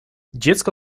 dziecko